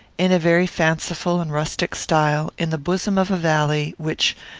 in a very fanciful and rustic style, in the bosom of a valley, which,